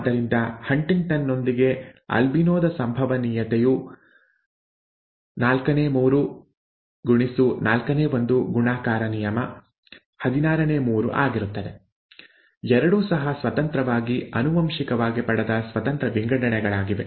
ಆದ್ದರಿಂದ ಹಂಟಿಂಗ್ಟನ್ ನೊಂದಿಗಿನ ಆಲ್ಬಿನೋ ದ ಸಂಭವನೀಯತೆಯು ¾ x ¼ ಗುಣಾಕಾರ ನಿಯಮ 316 ಆಗಿರುತ್ತದೆ ಎರಡೂ ಸಹ ಸ್ವತಂತ್ರವಾಗಿ ಆನುವಂಶಿಕವಾಗಿ ಪಡೆದ ಸ್ವತಂತ್ರ ವಿಂಗಡಣೆಗಳಾಗಿವೆ